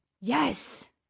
Yes